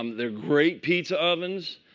um they're great pizza ovens.